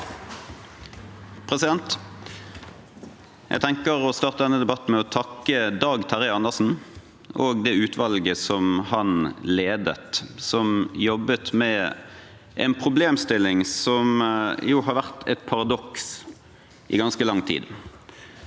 for saken): Jeg vil starte denne debatten med å takke Dag Terje Andersen og det utvalget han ledet, som jobbet med en problemstilling som har vært et paradoks i ganske lang tid.